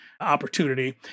opportunity